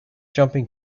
jumping